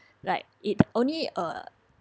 like it only uh